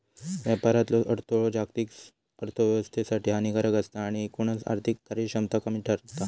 व्यापारातलो अडथळो जागतिक अर्थोव्यवस्थेसाठी हानिकारक असता आणि एकूणच आर्थिक कार्यक्षमता कमी करता